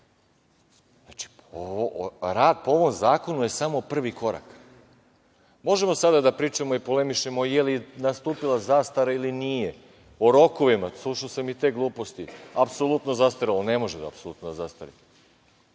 po ovom zakonu je samo prvi korak. Možemo sada da pričamo i polemišemo da li je nastupila zastara ili nije, o rokovima, slušao sam i te gluposti, apsolutno zastarelo. Ne može apsolutno da zastari.